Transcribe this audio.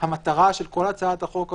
המטרה של כל הצעת החוק הזאת,